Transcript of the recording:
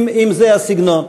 אם זה הסגנון?